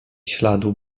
śladu